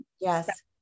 Yes